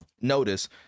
notice